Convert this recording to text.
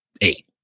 eight